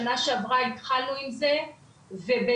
שנה שעברה התחלנו עם זה ובאמת,